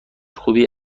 خوبی